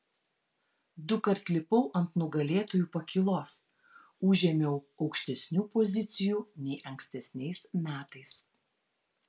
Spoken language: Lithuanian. dukart lipau ant nugalėtojų pakylos užėmiau aukštesnių pozicijų nei ankstesniais metais